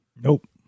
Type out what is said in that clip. nope